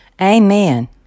Amen